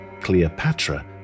Cleopatra